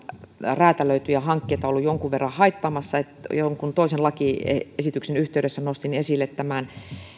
räätälöityjä hankkeita ollut jonkun verran haittaamassa jonkun toisen lakiesityksen yhteydessä nostin esille tämän